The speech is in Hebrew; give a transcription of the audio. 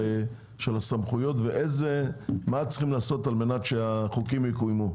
הסמכויות ומה צריך לעשות כדי שהחוקים יקוימו.